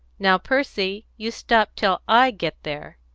now, percy, you stop till i get there!